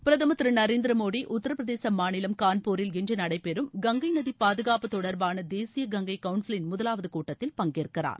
பிரதமர் திரு நரேந்திர மோடி உத்தரப்பிரதேச மாநிலம் கான்பூரில் இன்று நடைபெறும் கங்கை நதி பாதுகாப்பு தொடர்பான தேசிய கங்கை கவுன்சிலின் முதலாவது கூட்டத்தில் பங்கேற்கிறார்